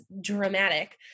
dramatic